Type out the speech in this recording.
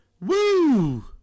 woo